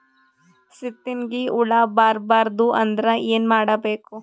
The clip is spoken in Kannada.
ಸೀತ್ನಿಗೆ ಹುಳ ಬರ್ಬಾರ್ದು ಅಂದ್ರ ಏನ್ ಮಾಡಬೇಕು?